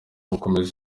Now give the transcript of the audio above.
gukomeza